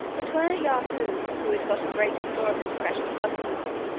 that when a yahoo had got a great store of this precious substance,